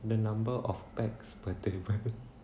the number of pax per table